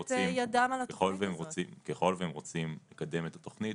ככל שהם רוצים לקדם את התוכנית,